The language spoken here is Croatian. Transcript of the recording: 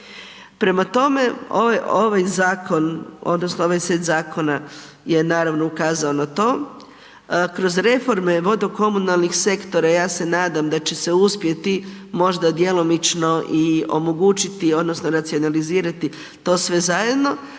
odnosno ovaj set zakona je naravno ukazao na to. Kroz reforme vodo komunalnih sektora, ja se nadam da će se uspjeti možda djelomično i omogućiti odnosno racionalizirati to sve zajedno,